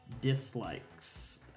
dislikes